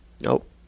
Nope